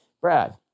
Brad